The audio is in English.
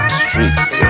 street